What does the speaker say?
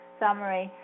summary